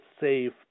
safe